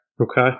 Okay